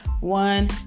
one